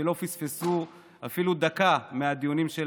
שלא פספסו אפילו דקה מהדיונים של